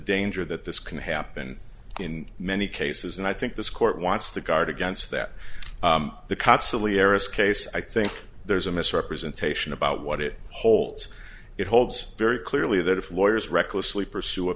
danger that this can happen in many cases and i think this court wants to guard against that the cot silly heiress case i think there's a misrepresentation about what it holds it holds very clearly that if lawyers recklessly pursue a